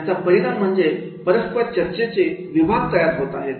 याचा परिणाम म्हणजे परस्पर चर्चेचे विभाग तयार होत आहेत